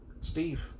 Steve